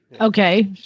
Okay